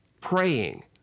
praying